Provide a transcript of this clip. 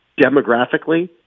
demographically